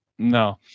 No